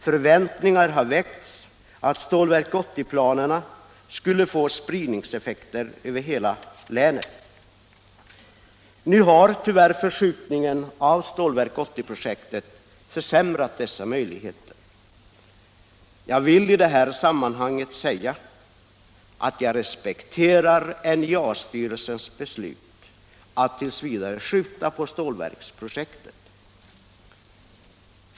Förväntningar har väckts att Stålverk 80-projektet skulle få spridningseffekter över hela länet. Nu har tyvärr för 85 skjutningen i planerna för Stålverk 80 försämrat dessa möjligheter. Jag vill i det här sammanhanget säga att jag respekterar NJA-styrelsens beslut att t. v. skjuta på stålverksprojektet.